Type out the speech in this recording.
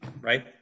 right